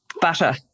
butter